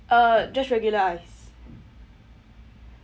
uh just regular ice